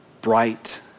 bright